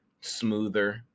smoother